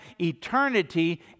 eternity